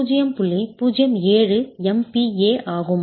07 MPa ஆகும்